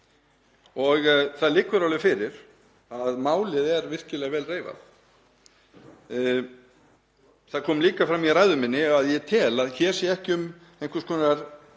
Það liggur alveg fyrir að málið er virkilega vel reifað. Það kom líka fram í ræðu minni að ég tel að hér sé ekki um einhvers konar